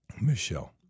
Michelle